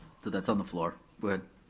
that's on the floor. but